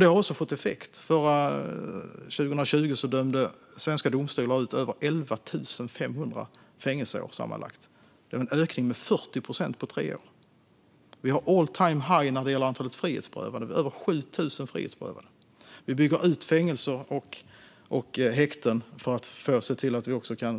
Det har också fått effekt. År 2020 dömde svenska domstolar ut över 11 500 fängelseår sammanlagt. Det är en ökning med 40 procent på tre år. Vi har all-time-high när det gäller antalet frihetsberövade - över 7 000 frihetsberövade. Vi bygger också ut fängelser och häkten för att